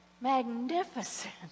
magnificent